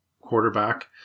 quarterback